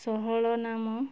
ଷୋହଳ ନାମ